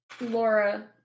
Laura